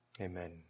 Amen